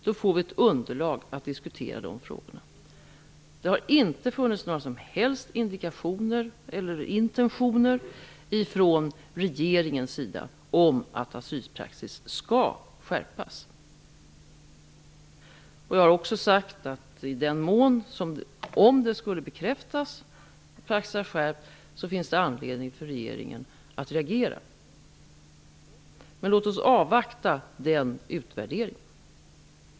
Då får vi ett underlag för att diskutera dessa frågor. Det har inte funnits några som helst indikationer eller intentioner från regeringen om att asylpraxis skall skärpas. Jag har också sagt att det finns anledning för regeringen att reagera om det skulle bekräftas att praxis har skärpts. Men låt oss avvakta den utvärderingen!